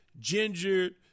gingered